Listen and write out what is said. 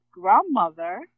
grandmother